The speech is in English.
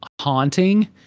haunting